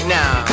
now